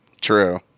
True